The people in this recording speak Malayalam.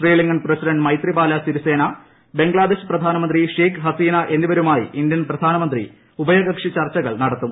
ശ്രീലങ്കൻ പ്രസിഡന്റ് മൈത്രിപാല സിരിസേന ബംഗ്ലാദേശ് പ്രധാനമന്ത്രി ഷെയ്ഖ് ഹസീന എന്നിവരുമായി ഇന്ത്യൻ പ്രധാനമന്ത്രി ഉഭയകക്ഷി ചർച്ചകൾ നടത്തും